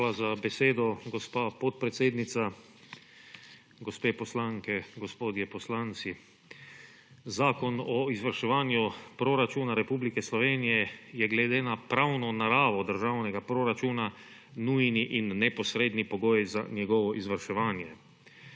Hvala za besedo, gospa podpredsednica. Gospe poslanke, gospodje poslanci! Zakon o izvrševanju proračunov Republike Slovenije je glede na pravno naravo državnega proračuna nujni in neposredni pogoj za njegovo izvrševanje.